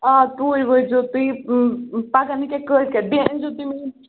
آ توٗرۍ وٲتۍزیٚو تُہۍ پَگاہ نہٕ کیٚنٛہہ کٲلۍکیٚتھ بیٚیہِ أنۍزیٚو تُہۍ مےٚ یِم